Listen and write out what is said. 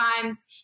times